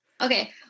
Okay